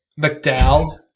McDowell